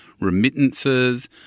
remittances